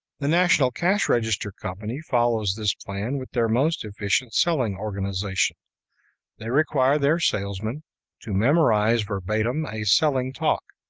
the national cash register company follows this plan with their most efficient selling organization they require their salesmen to memorize verbatim a selling talk.